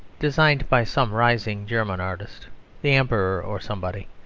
designed by some rising german artist the emperor or somebody.